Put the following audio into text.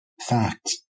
fact